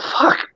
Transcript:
Fuck